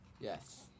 Yes